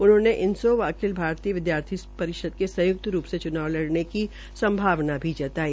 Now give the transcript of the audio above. उन्होंने इनसो व अखिल भारतीय विद्यार्थी परिषद के संयुक्त रूप से चुनाव लड़ने की संभावना भी जताई